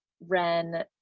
Ren